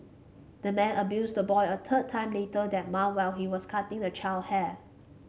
the man abused the boy a third time later that month while he was cutting the child hair